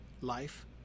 life